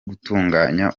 gutunganya